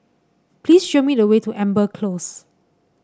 please show me the way to Amber Close